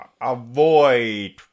avoid